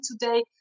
today